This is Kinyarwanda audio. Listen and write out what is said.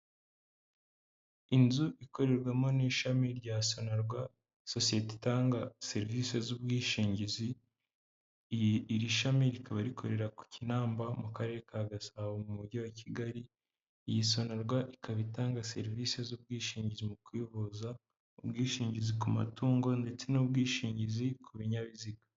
Inzu ikorerwamo n'ishami rya SONARWA, sosiyete itanga serivise z'ubwishingizi. Iri shami rikaba rikorera ku Kinamba mu Karere ka Gasabo mu Mujyi wa Kigali. Iyi SONARWA ikaba itanga serivise z'ubwishingizi mu kwivuza, ubwishingizi ku matungo, ndetse n'ubwishingizi ku binyabiziga.